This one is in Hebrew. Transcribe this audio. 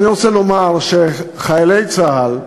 אני רוצה לומר שחיילי צה"ל,